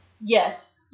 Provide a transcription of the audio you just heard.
yes